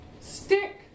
stick